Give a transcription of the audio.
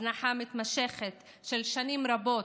הזנחה מתמשכת של שנים רבות: